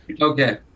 Okay